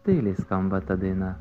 tyliai skamba ta daina